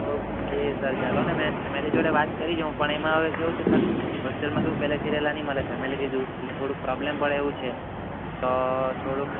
okay sir ચાલોને મેં family જોડે વાત કરી જોઉં પણ એમાં હવે કેવું છે સર હોસ્ટેલમાં પહેલાંથી રહેલાં નહીં મળે ફેમિલીથી દૂર રહેલાં એટલે થોડુંક પ્રોબ્લેમ પડે એવું છે તો થોડુક